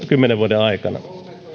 kymmenen vuoden aikana